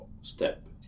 step